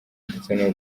ndetse